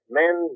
men